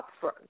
upfront